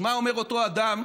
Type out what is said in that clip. אז מה אומר אותו אדם,